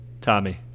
Tommy